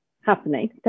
happening